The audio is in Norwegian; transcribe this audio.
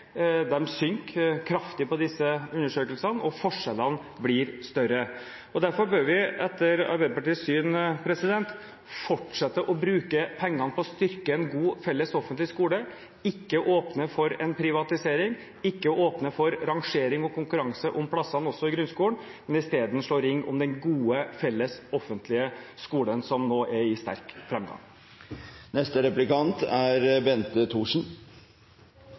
synker kraftig i disse undersøkelsene. Forskjellene blir større. Derfor bør vi etter Arbeiderpartiets syn fortsette å bruke pengene på å styrke en god, felles, offentlig skole – ikke åpne for privatisering, heller ikke åpne for rangering og konkurranse om plassene i grunnskolen, men isteden slå ring om den gode, felles, offentlige skolen, som nå er i sterk